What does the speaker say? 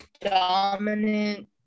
dominant